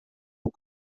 aux